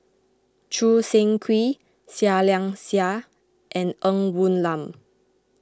Choo Seng Quee Seah Liang Seah and Ng Woon Lam